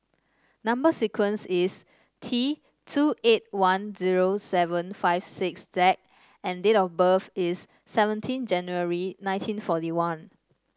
number sequence is T two eight one zero seven five six Z and date of birth is seventeen January nineteen forty one